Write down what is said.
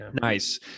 Nice